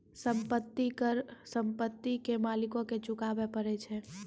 संपत्ति कर संपत्ति के मालिको के चुकाबै परै छै